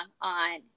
on